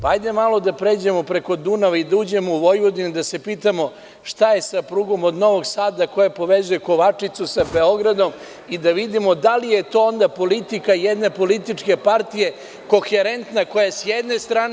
Hajde malo da pređemo preko Dunava i da uđemo u Vojvodinu i da se pitamo šta je sa prugom od Novog Sada koja povezuje Kovačicu sa Beogradom i da vidimo da li je to onda politika jedne političke partije koherentna koja je sa jedne strane.